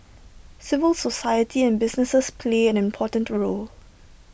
civil society and businesses play an important role